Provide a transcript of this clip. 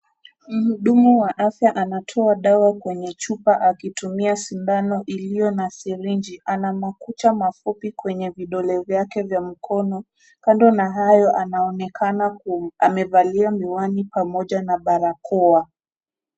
Mhudumu wa afya anatoa dawa kwenye chupa akitumia sindano iliyo na sirinji ana makucha mafupi kwenye vidole vyake vya mkono , kando na hayo anaonekana kuwa amevalia miwani pamoja na barakoa.